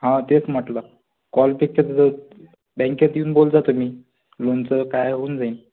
हां तेच म्हटलं कॉलपेक्षा कसं बँकेत येऊन बोलजा तुम्ही लोनचं काय होऊन जाईन